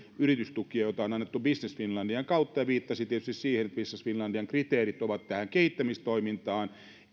yritystukia joita on annettu business finlandin kautta ja viittasi tietysti siihen että business finlandin kriteerit ovat tähän kehittämistoimintaan